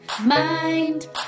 mind